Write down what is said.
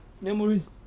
Memories